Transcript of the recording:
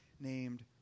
named